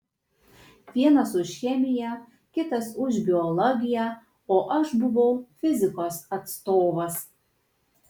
vienas už chemiją kitas už biologiją o aš buvau fizikos atstovas